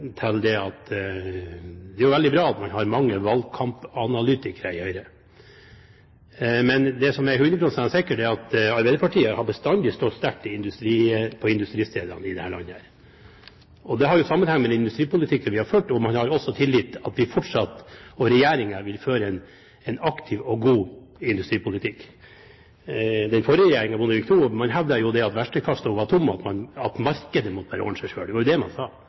Så til Lødemel. Det er jo veldig bra at man har mange valgkampanalytikere i Høyre. Men det som er 100 pst. sikkert, er at Arbeiderpartiet bestandig har stått sterkt på industristedene i dette landet. Det har jo sammenheng med den industripolitikken vi har ført, og man har også tillit til at regjeringen fortsatt vil føre en aktiv og god industripolitikk. Den forrige regjeringen, Bondevik II, hevdet jo at verktøykassen var tom, at markedet bare måtte ordne seg selv. Det var det man sa: